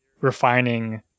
refining